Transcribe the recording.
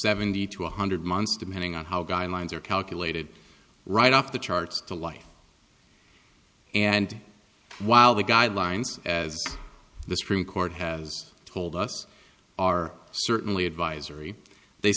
seventy to one hundred months depending on how guidelines are calculated right off the charts to life and while the guidelines as the supreme court has told us are certainly advisory they